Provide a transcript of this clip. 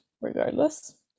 regardless